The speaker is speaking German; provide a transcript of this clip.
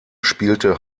spielte